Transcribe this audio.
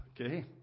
Okay